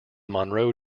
monroe